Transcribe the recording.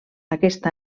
aquest